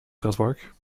pretpark